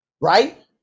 Right